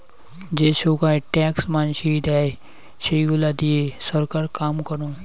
যে সোগায় ট্যাক্স মানসি দেয়, সেইগুলা দিয়ে ছরকার কাম করং